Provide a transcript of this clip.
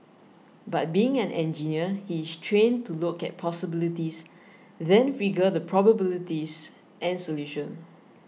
but being an engineer he is trained to look at possibilities then figure the probabilities and solutions